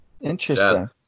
Interesting